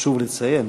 חשוב לציין.